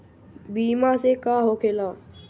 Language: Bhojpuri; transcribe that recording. बीमा से का होखेला?